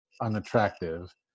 unattractive